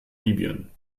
libyen